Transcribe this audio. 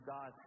God